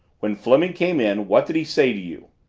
when fleming came in, what did he say to you?